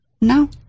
no